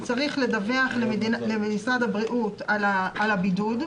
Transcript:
הוא צריך לדווח למשרד הבריאות על הבידוד.